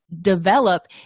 develop